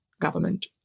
government